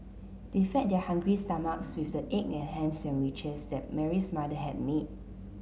they fed their hungry stomachs with the egg and ham sandwiches that Mary's mother had made